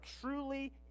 truly